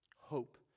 Hope